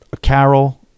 Carol